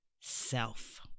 self